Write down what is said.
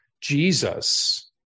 Jesus